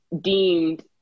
deemed